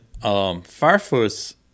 Farfus